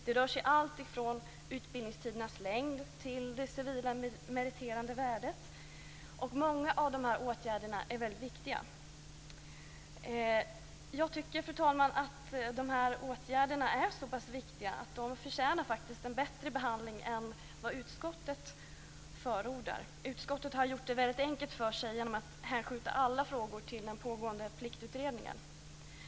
Det rör sig om alltifrån utbildningstidens längd till det civila meriterande värdet. Många av dessa åtgärder är mycket viktiga. Fru talman! Jag tycker att de här åtgärderna är så pass viktiga att de förtjänar en bättre behandling än vad utskottet förordar. Utskottet har gjort det väldigt enkelt för sig genom att hänskjuta alla frågor till den pågående Pliktutredningen.